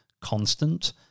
constant